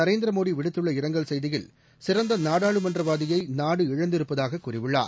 நரேந்திர மோடி விடுத்துள்ள இரங்கல் செய்தியில் சிறந்த நாடாளுமன்றவாதியை நாடு இழந்திருப்பதாக கூறியுள்ளார்